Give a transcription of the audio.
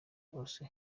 bose